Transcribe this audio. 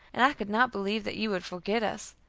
and could not believe that you would forget us.